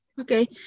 Okay